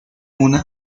una